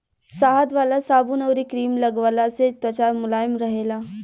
शहद वाला साबुन अउरी क्रीम लगवला से त्वचा मुलायम रहेला